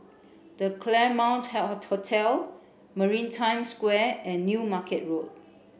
the Claremont Hotel Maritime Square and New Market Road